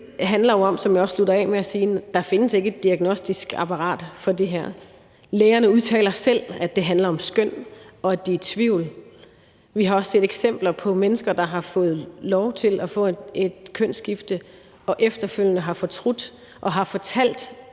med at sige, at der ikke findes et diagnostisk apparat for det her. Lægerne udtaler selv, at det handler om skøn, og at de er i tvivl. Vi har også set eksempler på mennesker, der har fået lov til at få et kønsskifte og efterfølgende har fortrudt. De har fortalt,